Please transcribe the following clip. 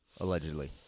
allegedly